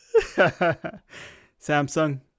samsung